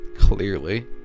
clearly